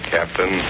Captain